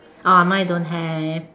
uh mine don't have